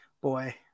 boy